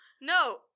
no